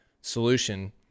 solution